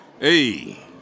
Hey